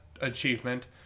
achievement